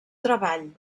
treball